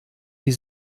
die